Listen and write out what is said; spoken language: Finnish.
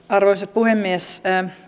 arvoisa puhemies